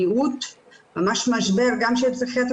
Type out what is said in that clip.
ממש משבר גם של פסיכיאטריים,